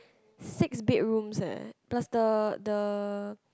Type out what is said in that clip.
six bedrooms eh plus the the